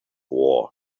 war